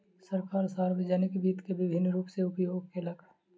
सरकार, सार्वजानिक वित्त के विभिन्न रूप सॅ उपयोग केलक